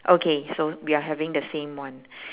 okay so we are having the same one